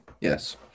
Yes